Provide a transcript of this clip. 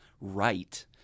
right